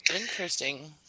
interesting